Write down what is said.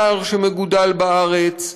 בשר שמגודל בארץ.